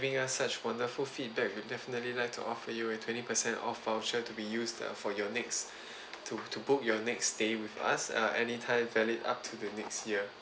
giving us such wonderful feedback we definitely like to offer you a twenty percent off voucher to be used for your next to to book your next stay with us uh anytime valid up to the next year